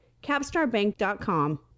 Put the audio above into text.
capstarbank.com